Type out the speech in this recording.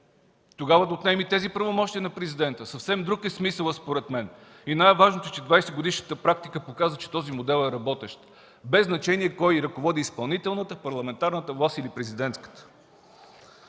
Тогава да отнемем и тези правомощия на Президента. Съвсем друг е смисълът, според мен. И най-важното е, че 20 годишната практика показа, че той е работещ, без значение кой ръководи изпълнителната, парламентарната власт или президентската.